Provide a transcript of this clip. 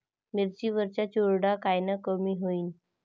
मिरची वरचा चुरडा कायनं कमी होईन?